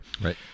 Right